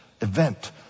event